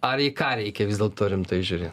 ar į ką reikia vis dėl to rimtai žiūrėt